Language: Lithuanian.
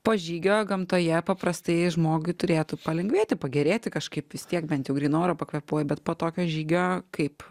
po žygio gamtoje paprastai žmogui turėtų palengvėti pagerėti kažkaip vis tiek bent jau grynu oru pakvėpuoji bet po tokio žygio kaip